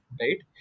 right